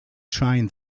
train